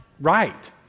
right